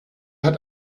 hat